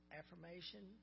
affirmation